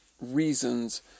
reasons